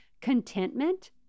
contentment